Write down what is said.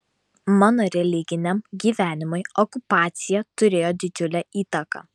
mano religiniam gyvenimui okupacija turėjo didžiulę įtaką